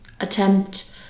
attempt